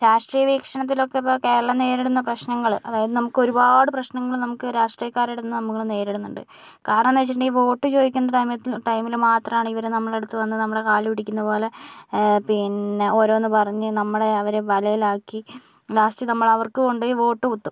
രാഷ്ട്രീയ വീക്ഷണത്തിലൊക്കെ ഇപ്പോൾ കേരളം നേരിടുന്ന പ്രശ്നങ്ങള് അതായത് നമുക്ക് ഒരുപാട് പ്രശ്നങ്ങള് നമുക്ക് രാഷ്ട്രീയക്കാരുടേന്ന് നമ്മൾ നേരിടുന്നുണ്ട് കാരണണ് വെച്ചിട്ടുണ്ടെങ്കിൽ വോട്ട് ചോദിക്കുന്ന സമയത്ത് ടൈമില് മാത്രാണ് ഇവര് നമ്മുടെ അടുത്ത് വന്ന് നമ്മുടെ കാല് പിടിക്കുന്ന പോലെ പിന്നെ ഓരോന്ന് പറഞ്ഞു നമ്മളെ അവരെ വലേലാക്കി ലാസ്റ്റ് നമ്മളവർക്ക് കൊണ്ടു പോയി വോട്ട് കുത്തും